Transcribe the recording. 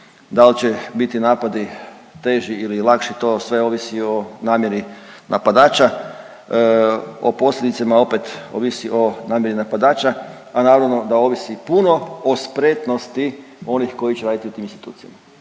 dal će biti napadi teži ili lakši, to sve ovisi o namjeri napadača, o posljedicama opet ovisi o namjeri napadača, a naravno da ovisi puno o spretnosti onih koji će radit u tim institucijama,